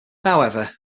however